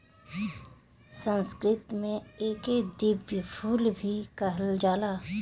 संस्कृत में एके दिव्य फूल भी कहल जाला